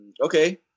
Okay